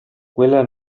quella